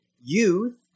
youth